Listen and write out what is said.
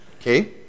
Okay